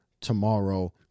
tomorrow